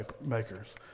makers